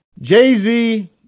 Jay-Z